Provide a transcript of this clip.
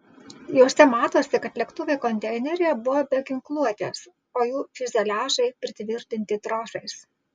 jose matosi kad lėktuvai konteineryje buvo be ginkluotės o jų fiuzeliažai pritvirtinti trosais